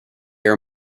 are